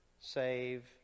save